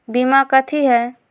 बीमा कथी है?